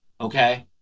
Okay